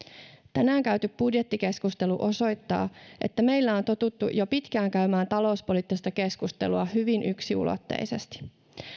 tänään käyty budjettikeskustelu osoittaa että meillä on totuttu jo pitkään käymään talouspoliittista keskustelua hyvin yksiulotteisesti